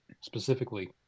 specifically